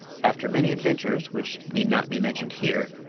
after many adventures which need not be mentioned here,